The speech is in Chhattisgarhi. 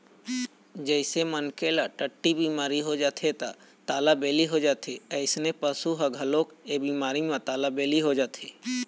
जइसे मनखे ल टट्टी बिमारी हो जाथे त तालाबेली हो जाथे अइसने पशु ह घलोक ए बिमारी म तालाबेली हो जाथे